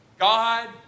God